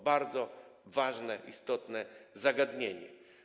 Bardzo ważne, istotne zagadnienie.